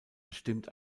bestimmt